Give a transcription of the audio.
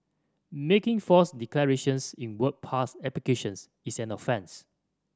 making false declarations in work pass applications is an offence